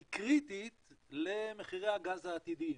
היא קריטית למחירי הגז העתידיים.